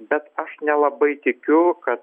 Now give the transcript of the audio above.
bet aš nelabai tikiu kad